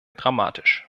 dramatisch